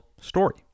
Story